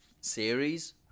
series